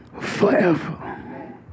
forever